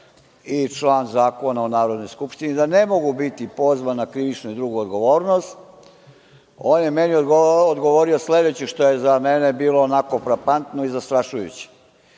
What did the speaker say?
i član Zakona o Narodnoj Skupštini, da ne mogu biti pozvan na krivičnu i drugu odgovornost, on je meni odgovorio sledeće, što je za mene bilo onako frapantno i zastrašujuće. Jeste,